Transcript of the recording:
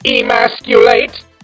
emasculate